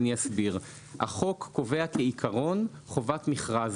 החוק קובע כעיקרון, חובת מכרז.